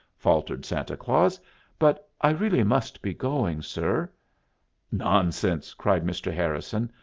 faltered santa claus but i really must be going, sir nonsense! cried mr. harrison.